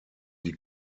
die